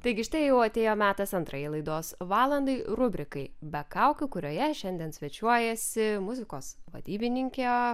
taigi štai jau atėjo metas antrajai laidos valandai rubrikai be kaukių kurioje šiandien svečiuojasi muzikos vadybininkė